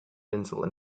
insulin